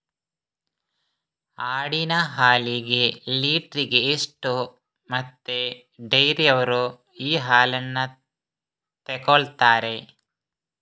ಆಡಿನ ಹಾಲಿಗೆ ಲೀಟ್ರಿಗೆ ಎಷ್ಟು ಮತ್ತೆ ಡೈರಿಯವ್ರರು ಈ ಹಾಲನ್ನ ತೆಕೊಳ್ತಾರೆ?